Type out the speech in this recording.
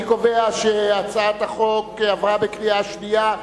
אני קובע שהצעת החוק עברה בקריאה שנייה.